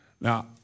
Now